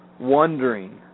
wondering